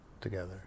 together